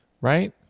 right